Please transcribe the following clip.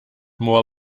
more